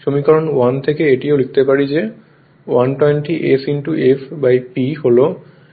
সমীকরণ 1 থেকে এটিও লিখতে পারে যে 120 s f P হল f2 sf